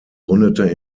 gründete